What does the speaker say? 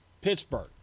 pittsburgh